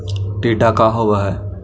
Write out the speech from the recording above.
टीडा का होव हैं?